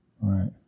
right